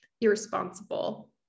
irresponsible